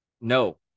no